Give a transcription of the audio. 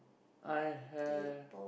I have